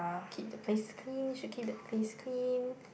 keep the place clean should keep the place clean